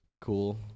cool